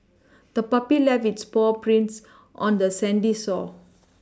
the puppy left its paw prints on the sandy shore